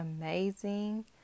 amazing